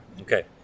Okay